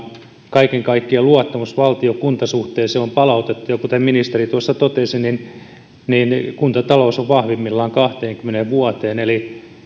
kaiken kaikkiaan luottamus valtio kunta suhteeseen on palautettu ja kuten ministeri tuossa totesi kuntatalous on vahvimmillaan kahteenkymmeneen vuoteen eli